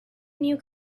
new